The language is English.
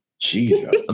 Jesus